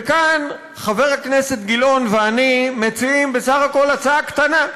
וכאן חבר הכנסת גילאון ואני מציעים בסך הכול הצעה קטנה,